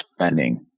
spending